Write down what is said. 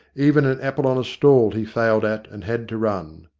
even an apple on a stall he failed at, and had to run.